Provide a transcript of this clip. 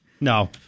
No